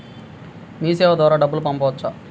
మీసేవ ద్వారా డబ్బు పంపవచ్చా?